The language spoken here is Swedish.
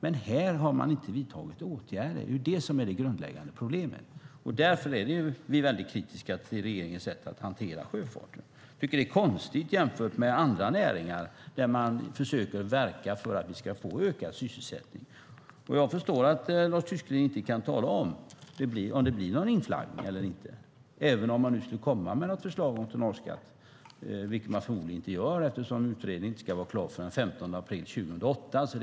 Men här har man inte vidtagit åtgärder. Det är det grundläggande problemet. Därför är vi kritiska till regeringens sätt att hantera sjöfarten. Det är konstigt jämfört med andra näringar, där man försöker verka för ökad sysselsättning. Jag förstår att Lars Tysklind inte kan tala om huruvida det blir någon inflaggning eller inte, även om det kommer något förslag om tonnageskatt, vilket det förmodligen inte gör eftersom utredningen inte ska vara klar förrän den 15 november 2014.